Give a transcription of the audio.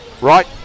right